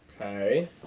Okay